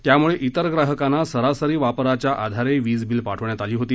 त्यामुळं तेर ग्राहकांना सरासरी वापराच्या आधारे वीज बिल पाठविण्यात आली होती